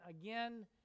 Again